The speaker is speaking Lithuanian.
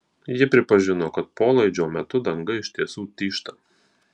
ji pripažino kad polaidžio metu danga iš tiesų tyžta